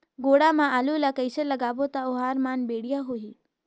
गोडा मा आलू ला कइसे लगाबो ता ओहार मान बेडिया होही?